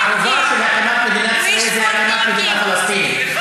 הערובה של הקמת מדינת ישראל זה הקמת מדינה פלסטינית.